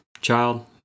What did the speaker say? child